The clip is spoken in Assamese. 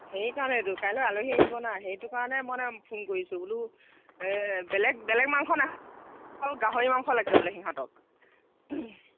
সেইকাৰণেটো কাইলৈ আলহী আহিব না সেইটো কাৰণে মানে ফোন কৰিছোঁ বোলো এই বেলেগ বেলেগ মাংস নাখায় অকল গাহৰি মাংস লাগে বোলে সিহঁতক